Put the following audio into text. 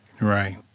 right